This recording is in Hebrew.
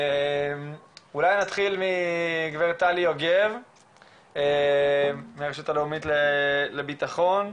אולי נתחיל מגב' טלי יוגב מהרשות הלאומית לביטחון?